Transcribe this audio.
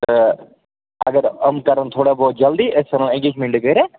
تہٕ اگر یِم کَرَن تھوڑا بہت جَلدی أسۍ ژھٕنَو ایٚنٛگیجمٮ۪نٛٹہٕ کٔرِتھ